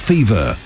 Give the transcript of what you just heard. Fever